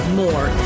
more